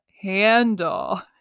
handle